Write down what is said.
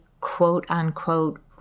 quote-unquote